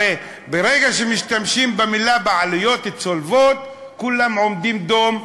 הרי ברגע שמשתמשים במילים "בעלויות צולבות" כולם עומדים דום.